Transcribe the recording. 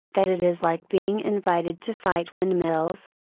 that it is like being invited to fight windmills,